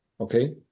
Okay